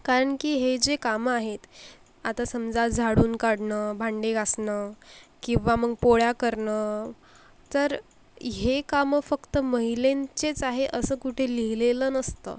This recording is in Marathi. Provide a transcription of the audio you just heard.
काण की हे जे काम आहेत आता समजा झाडून काढणं भांडे घासणं किंवा मग पोळ्या करणं तर हे काम फक्त महिलेंचेच आहे असं कुठे लिहिलेलं नसतं